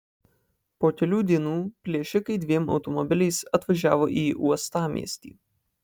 po kelių dienų plėšikai dviem automobiliais atvažiavo į uostamiestį